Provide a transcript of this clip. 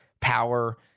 power